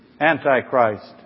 Antichrist